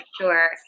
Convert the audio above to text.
sure